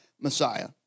Messiah